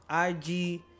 IG